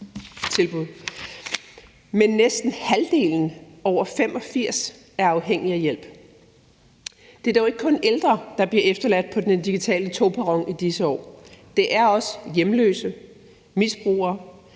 Men næsten halvdelen over 85 år er afhængige af hjælp. Det er dog ikke kun ældre, der bliver efterladt på den digitale perron i disse år. Det er også hjemløse, misbrugere,